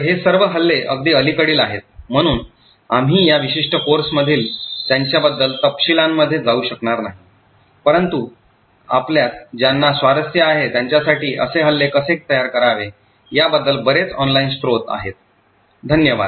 तर हे सर्व हल्ले अगदी अलीकडील आहेत म्हणून आम्ही या विशिष्ट कोर्समध्ये त्यांच्याबद्दल तपशीलांमध्ये जाऊ शकणार नाही परंतु आपल्यात ज्यांना स्वारस्य आहे त्यांच्यासाठी असे हल्ले कसे तयार करावे याबद्दल बरेच ऑनलाइन स्रोत आहेत धन्यवाद